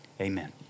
amen